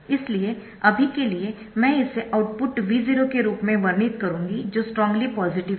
इसलिए अभी के लिए मैं इसे आउटपुट V0 के रूप में वर्णित करूंगी जो स्ट्रॉन्ग्ली पॉजिटिव है